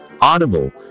audible